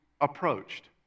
approached